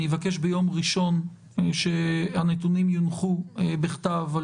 אבקש שביום ראשון הנתונים יונחו בכתב על